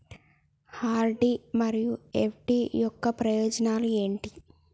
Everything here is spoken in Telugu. ఆర్.డి మరియు ఎఫ్.డి యొక్క ప్రయోజనాలు ఏంటి?